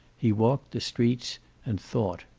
he walked the streets and thought.